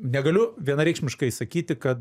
negaliu vienareikšmiškai sakyti kad